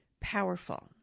powerful